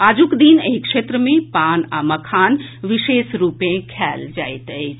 आजुक दिन एहि क्षेत्र मे पान आ मखान विशेष रूपैं खाएल जाइत अछि